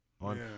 On